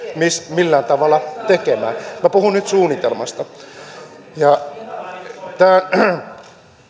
millään tavalla tekemään minä puhun nyt suunnitelmasta tämä